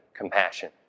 Compassion